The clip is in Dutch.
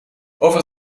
over